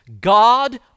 God